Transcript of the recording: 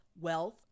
wealth